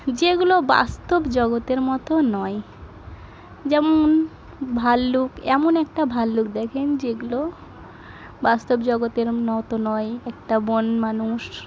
যেগুলো বাস্তব জগতের মতো নয় যেমন ভালুক এমন একটা ভালুক দেখেন যেগুলো বাস্তব জগতের মতো নয় একটা বনমানুষ